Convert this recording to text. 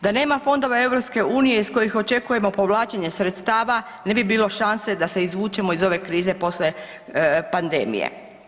Da nema fondova EU iz kojih očekujemo povlačenje sredstava ne bi bilo šanse da se izvučemo iz ove krize poslije pandemije.